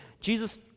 Jesus